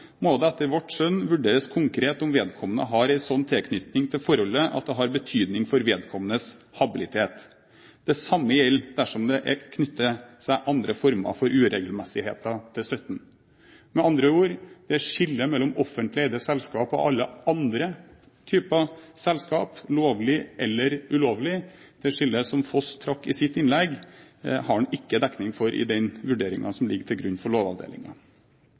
må det etter vårt skjønn vurderes konkret om vedkommende har en slik tilknytning til forholdet at det har betydning for vedkommendes habilitet. Det samme må gjelde dersom det knytter seg andre former for uregelmessigheter til støtten.» Med andre ord: Det er et skille mellom offentlig eide selskaper og alle andre typer selskaper – lovlige eller ulovlige. Det skillet som Foss trakk i sitt innlegg, har han ikke dekning for i den vurderingen som ligger til grunn for